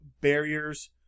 barriers